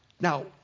Now